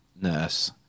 nurse